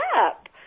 up